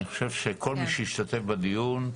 אני חושב שכל מי שהשתתף בדיון,